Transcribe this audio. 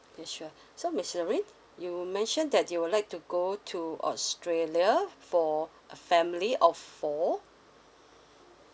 okay sure so miss shirlyn you mentioned that you would like to go to australia for a family of four